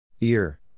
Ear